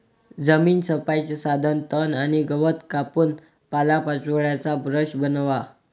जमीन छपाईचे साधन तण आणि गवत कापून पालापाचोळ्याचा ब्रश बनवा